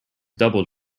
double